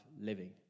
living